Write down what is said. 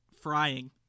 frying